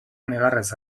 negarrez